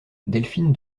delphine